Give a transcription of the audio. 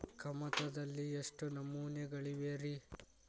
ಕಮತದಲ್ಲಿ ಎಷ್ಟು ನಮೂನೆಗಳಿವೆ ರಿ?